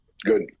Good